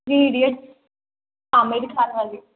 three idiot Aamir खानवाली